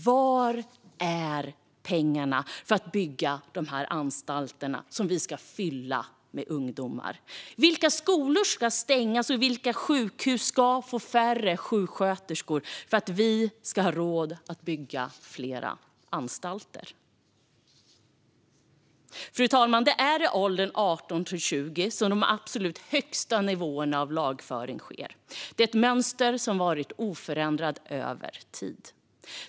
Var finns pengarna för att bygga de anstalter som vi ska fylla med ungdomar? Vilka skolor ska stängas, och vilka sjukhus ska få färre sjuksköterskor för att vi ska ha råd att bygga fler anstalter? Fru talman! Det är i åldern 18-20 som de absolut högsta nivåerna av lagföring sker. Det är ett mönster som har varit oförändrat över tid.